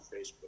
Facebook